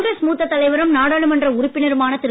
காங்கிரஸ் மூத்த தலைவரும் நாடாளுமன்ற உறுப்பினருமான திரு